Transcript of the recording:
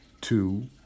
two